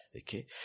Okay